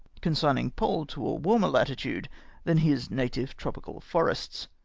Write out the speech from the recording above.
consigning poll to a warmer latitude than his native tropical forests.